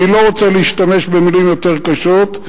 אני לא רוצה להשתמש במלים יותר קשות,